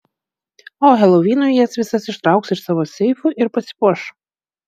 o helovinui jas visas išsitrauks iš savo seifų ir pasipuoš